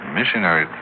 Missionary